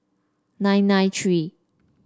nine nine three